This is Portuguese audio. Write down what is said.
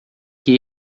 que